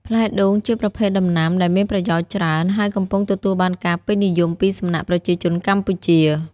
ផ្លែដូងជាប្រភេទដំណាំដែលមានប្រយោជន៍ច្រើន ហើយកំពុងទទួលបានការពេញនិយមពីសំណាក់ប្រជាជនកម្ពុជា។